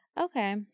okay